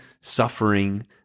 suffering